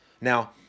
Now